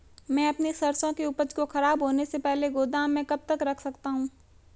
मैं अपनी सरसों की उपज को खराब होने से पहले गोदाम में कब तक रख सकता हूँ?